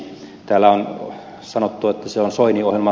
täällä on sanottu että se on soinin ohjelma